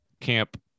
camp